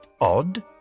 odd